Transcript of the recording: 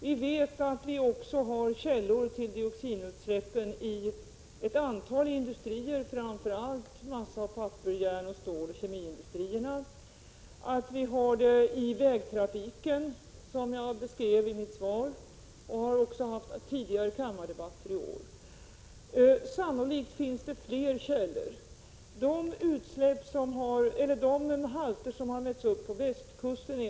Vi vet att också ett antal industrier, framför allt massaoch pappersindustri, järnoch stålindustri samt kemisk industri, är utsläppskällor. Även vägtrafiken spelar här en roll, vilket jag beskrivit i mitt svar och i tidigare kammardebatter i år. Sannolikt finns det också fler källor. De halter som har mätts upp på västkusten kan beskrivas på följande sätt.